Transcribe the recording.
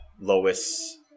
Lois